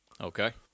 Okay